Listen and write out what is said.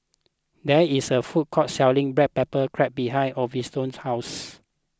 there is a food court selling Black Pepper Crab behind Osvaldo's house